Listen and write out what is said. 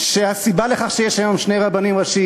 שהסיבה לכך שיש היום שני רבנים ראשיים